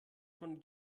von